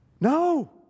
No